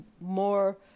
more